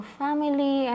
family